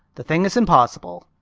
the thing is impossible.